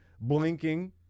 blinking